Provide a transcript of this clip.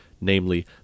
namely